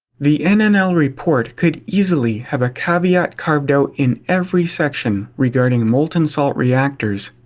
the nnl report could easily have a caveat carved out in every section regarding molten salt reactors.